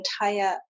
entire